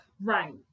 Right